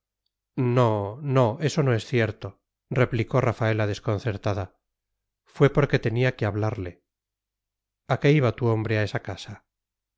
no no eso no es cierto replicó rafaela desconcertada fue porque tenía que hablarle a qué iba tu hombre a esa